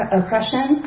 oppression